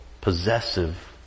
possessive